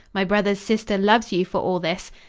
my brother's sister loves you for all this.